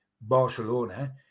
Barcelona